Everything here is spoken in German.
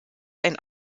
ein